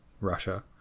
russia